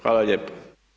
Hvala lijepo.